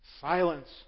Silence